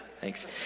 Thanks